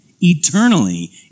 eternally